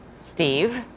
Steve